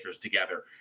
together